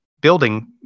building